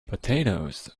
potatoes